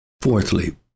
Fourthly